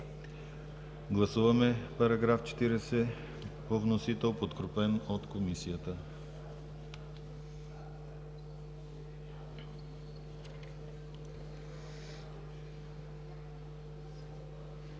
Гласуваме § 40 по вносител, подкрепен от Комисията.